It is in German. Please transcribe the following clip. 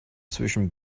zwischen